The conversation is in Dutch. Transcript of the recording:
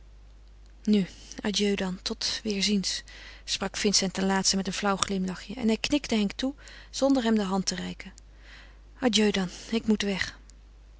nu adieu dan tot weêrziens sprak vincent ten laatste met een flauw glimlachje en hij knikte henk toe zonder hem de hand te reiken adieu dan ik moet weg